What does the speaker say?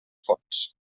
fons